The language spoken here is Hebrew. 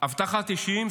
אבטחת אישים,